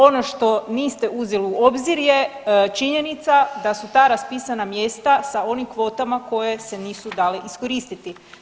Ono što niste uzeli u obzir je činjenica da su ta raspisana mjesta sa onim kvotama koje se nisu dale iskoristiti.